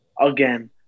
again